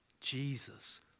Jesus